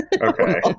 Okay